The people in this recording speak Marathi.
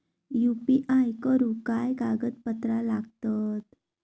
यू.पी.आय करुक काय कागदपत्रा लागतत?